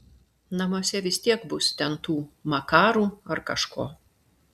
namuose vis tiek bus ten tų makarų ar kažko